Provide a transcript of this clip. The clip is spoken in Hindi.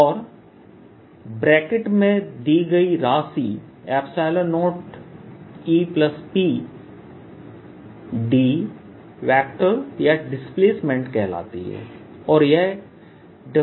Erρ0 P0 0EPfree और ब्रैकेट में दी गई राशि 0EP D या डिस्प्लेसमेंट कहलाती है